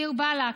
דיר באלכ.